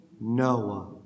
Noah